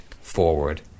forward